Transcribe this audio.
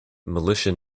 militia